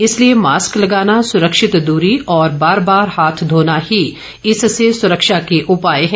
इसलिए मास्क लगाना सुरक्षित दूरी और बार बार हाथ धोना ही इससे सुरक्षा के उपाय हैं